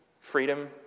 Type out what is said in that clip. freedom